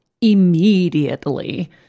immediately